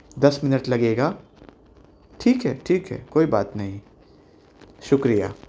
دس minute لگے گا ٹھیک ہے ٹھیک ہے کوئی بات نہیں شکریہ